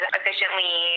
efficiently